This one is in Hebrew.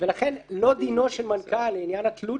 לכן לא דינו של מנכ"ל לעניין התלות